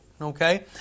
Okay